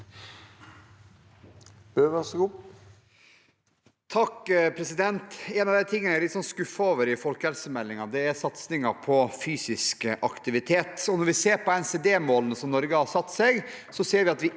(H) En av tingene jeg er litt skuffet over i folkehelsemeldingen, er satsingen på fysisk aktivitet. Når vi ser på NCD-målene som Norge har satt seg, ser vi at vi ikke når